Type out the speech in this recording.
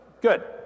Good